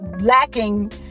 lacking